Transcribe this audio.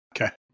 okay